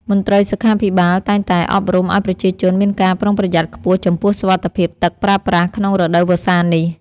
មន្ត្រីសុខាភិបាលតែងតែអប់រំឱ្យប្រជាជនមានការប្រុងប្រយ័ត្នខ្ពស់ចំពោះសុវត្ថិភាពទឹកប្រើប្រាស់ក្នុងរដូវវស្សានេះ។